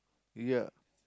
ya